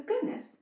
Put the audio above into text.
goodness